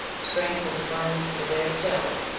strength and firmness were there still,